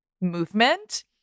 movement